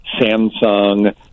Samsung